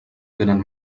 tenen